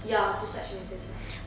ya to such matters ah